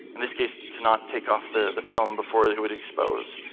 in this case to not take off the the film before it it would expose.